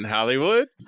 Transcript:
Hollywood